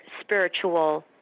spiritual